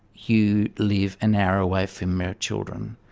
you live an hour away from your children?